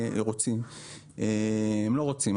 הם לא רוצים,